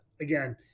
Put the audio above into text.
Again